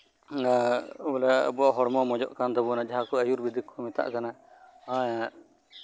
ᱮᱫ ᱵᱚᱞᱮ ᱟᱵᱚᱣᱟᱜ ᱦᱚᱲᱢᱚ ᱵᱚᱞᱮ ᱢᱚᱸᱡᱚᱜ ᱠᱟᱱ ᱛᱟᱵᱚᱱᱟ ᱡᱟᱦᱟᱸᱠᱚ ᱟᱭᱩᱨᱵᱮᱫᱤᱠ ᱠᱚ ᱢᱮᱛᱟᱜ ᱠᱟᱱᱟ ᱮᱫ